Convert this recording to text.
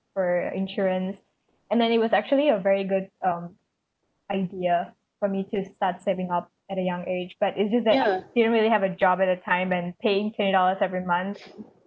for insurance and that it was actually a very good um idea for me to start saving up at a young age but it's just that we didn't really have a job at the time and paying twenty dollars every month